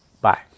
Bye